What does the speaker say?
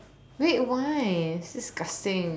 wait why it's disgusting